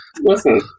Listen